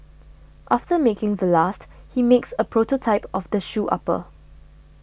after making the last he makes a prototype of the shoe upper